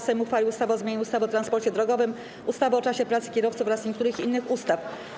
Sejm uchwalił ustawę o zmianie ustawy o transporcie drogowym, ustawy o czasie pracy kierowców oraz niektórych innych ustaw.